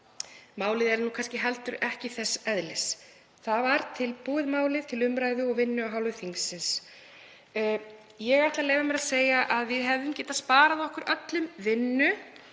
Málið er kannski heldur ekki þess eðlis. Það var tilbúið til umræðu og vinnu af hálfu þingsins. Ég ætla að leyfa mér að segja að við hefðum getað sparað okkur öllum vinnu